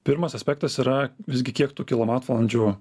pirmas aspektas yra visgi kiek tų kilovatvalandžių